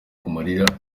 amarira